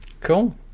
cool